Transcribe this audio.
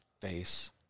face